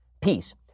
Peace